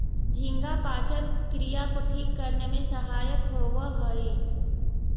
झींगा पाचन क्रिया को ठीक करने में सहायक होवअ हई